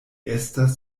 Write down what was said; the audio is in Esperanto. estas